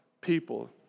people